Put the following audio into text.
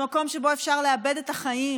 למקום שבו אפשר לאבד את החיים,